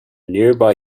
nearby